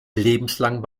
lebenslang